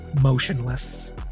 motionless